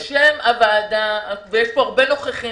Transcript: בשם הוועדה, ויש פה הרבה נוכחים.